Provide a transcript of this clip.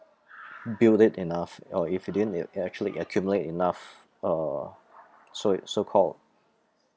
build it enough or if you didn't it it actually accumulate enough uh so i~ so called